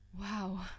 Wow